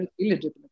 illegitimate